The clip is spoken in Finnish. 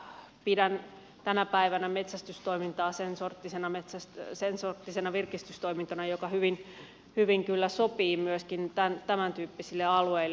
pidän tänä päivänä metsästystoimintaa sen sorttisena virkistystoimintana että se hyvin kyllä sopii myöskin tämäntyyppisille alueille